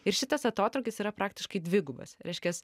ir šitas atotrūkis yra praktiškai dvigubas reiškias